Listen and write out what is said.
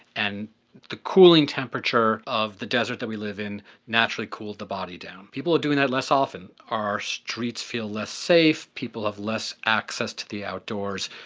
and the cooling temperature of the desert that we live in naturally cooled the body down. people are doing that less often. our streets feel less safe. people have less access to the outdoors.